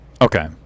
Okay